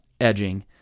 edging